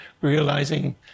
realizing